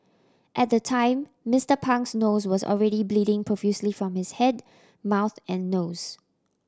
at the time Mister Pang's nose was already bleeding profusely from his head mouth and nose